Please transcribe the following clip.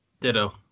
Ditto